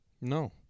No